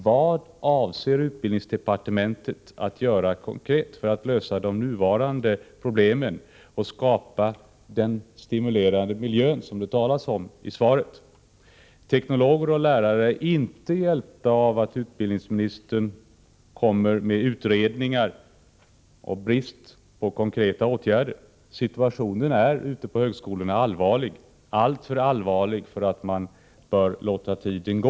Vad avser utbildningsdepartementet att konkret göra för att lösa de nuvarande problemen och skapa den stimulerande miljö som det talas om i svaret? Teknologer och lärare är inte hjälpta av att utbildningsministern tillsätter utredningar men saknar förslag till konkreta åtgärder. Situationen ute på högskolorna är allvarlig, alltför allvarlig för att man skall låta tiden gå.